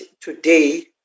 today